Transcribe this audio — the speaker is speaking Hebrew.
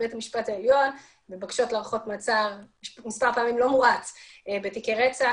בבית משפט העליון בבקשות להארכות מעצר בתיקי רצח,